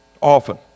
often